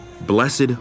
Blessed